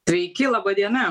sveiki laba diena